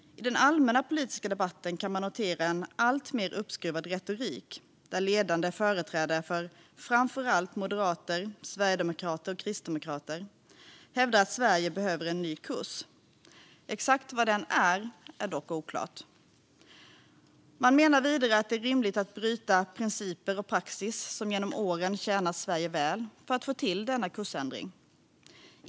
I den allmänna politiska debatten kan man notera en alltmer uppskruvad retorik där ledande företrädare för framför allt Moderaterna, Sverigedemokraterna och Kristdemokraterna hävdar att Sverige behöver en ny kurs. Det är dock oklart exakt vad den är. Man menar vidare att det är rimligt att bryta principer och praxis, som genom åren tjänat Sverige väl, för att få till denna kursändring.